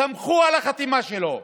סמכו על החתימה שלו.